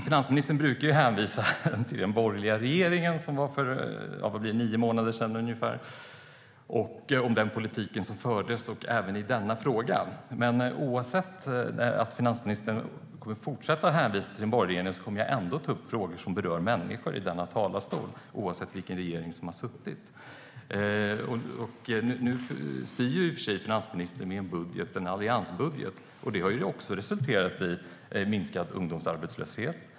Finansministern brukar hänvisa till den borgerliga regeringen, som styrde för ungefär nio månader sedan, och den politik som fördes då, så även i denna fråga. Men även om finansministern kommer att fortsätta hänvisa till den borgerliga regeringen kommer jag att fortsätta ta upp frågor som berör människor, oavsett vilken regering som har suttit vid makten. Nu styr finansministern med en alliansbudget. Det har också resulterat i minskad ungdomsarbetslöshet.